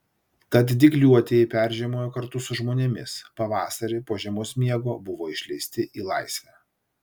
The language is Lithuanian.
tad dygliuotieji peržiemojo kartu su žmonėmis pavasarį po žiemos miego buvo išleisti į laisvę